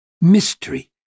mystery